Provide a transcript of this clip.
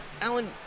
Alan